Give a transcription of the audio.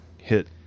hit